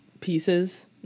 pieces